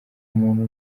umuntu